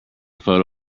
photo